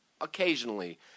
occasionally